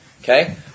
Okay